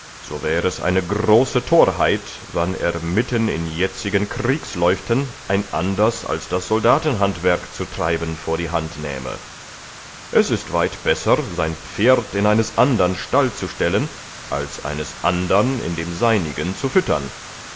so wäre es eine große torheit wann er mitten in jetzigen kriegsläuften ein anders als das soldatenhandwerk zu treiben vor die hand nähme es ist weit besser sein pferd in eines andern stall zu stellen als eines andern in dem seinigen zu füttern